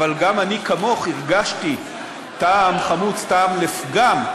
אבל גם אני כמוך הרגשתי טעם חמוץ, טעם לפגם,